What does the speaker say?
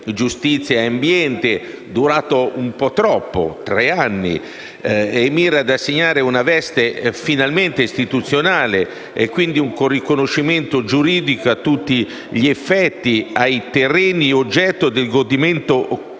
giustizia e ambiente congiunte durato un po' troppo (tre anni) e mira ad assegnare una veste istituzionale e dunque un riconoscimento giuridico a tutti gli effetti ai terreni oggetto del godimento comune.